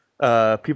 people